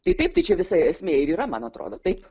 tai taip tai čia visa esmė ir yra man atrodo taip